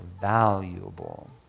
valuable